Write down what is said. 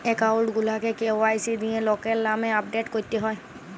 account গুলাকে KYC দিঁয়ে লকের লামে আপডেট ক্যরতে হ্যয়